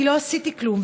כי לא עשיתי כלום,